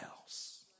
else